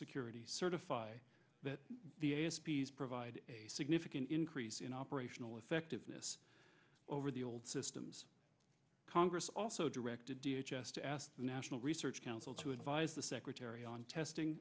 security certify that the a s p s provide a significant increase in operational effectiveness over the old systems congress also directed d h s s to ask the national research council to advise the secretary on testing